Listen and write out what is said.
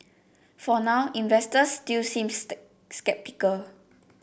for now investors still seem sceptical